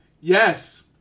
Yes